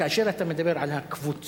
כאשר אתה מדובר על הקבוצה,